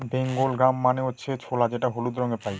Bengal gram মানে হচ্ছে ছোলা যেটা হলুদ রঙে পাই